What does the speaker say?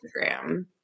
Instagram